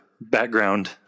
background